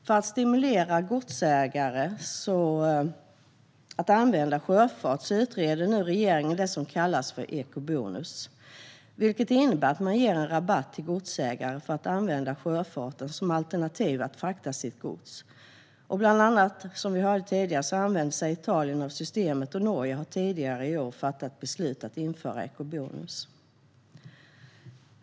För att stimulera godsägare att använda sjöfart utreder nu regeringen, precis som Karin sa, det som kallas eco-bonus. Detta innebär att man ger en rabatt till godsägarna för att de ska använda sjöfarten som alternativ till att frakta godset. Italien, bland andra, använder sig av systemet, och Norge har tidigare i år fattat beslut om att införa eco-bonus.